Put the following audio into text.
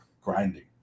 grinding